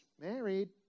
married